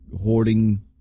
hoarding